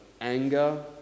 anger